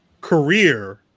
career